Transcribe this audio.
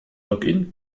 login